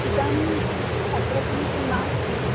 इदानीं शुष्क अद्रकं तु नास्ति